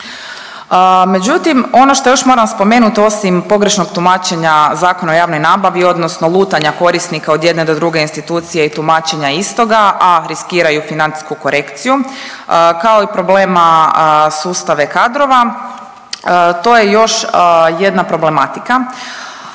Međutim, ono što još moram spomenuti osim pogrešnog tumačenja Zakona o javnoj nabavi odnosno lutanja korisnika od jedne do druge institucije i tumačenja istoga, a riskiraju financijsku korekciju, kao i problema sustave kadrova, to je još jedna problematika,